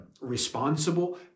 responsible